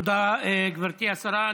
תודה, גברתי השרה.